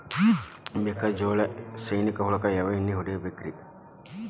ಮೆಕ್ಕಿಜೋಳದಾಗ ಸೈನಿಕ ಹುಳಕ್ಕ ಯಾವ ಎಣ್ಣಿ ಹೊಡಿಬೇಕ್ರೇ?